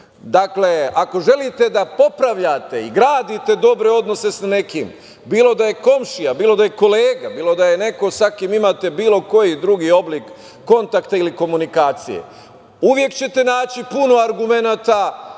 odnose. Dakle, ako želite da popravljate i gradite dobre odnose sa nekim, bilo da je komšija, bilo da je kolega, bilo da je neko sa kim imate bilo koji drugi oblik kontakta i komunikacije uvek ćete naći puno argumenata